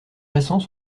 récents